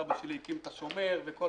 סבא שלי הקים את השומר וכל הציונות.